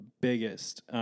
biggest